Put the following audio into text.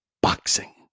Boxing